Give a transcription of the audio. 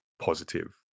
positive